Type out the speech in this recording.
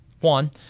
One